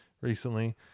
recently